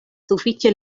sufiĉe